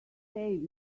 save